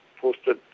posted